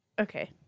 Okay